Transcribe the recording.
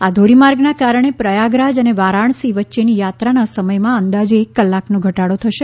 આ ધોરીમાર્ગના કારણે પ્રયાગરાજ અને વારાણસી વચ્ચેની યાત્રાના સમયમાં અંદાજે એક કલાકનો ઘટાડો થશે